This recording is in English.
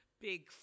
big